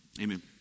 Amen